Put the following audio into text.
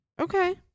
Okay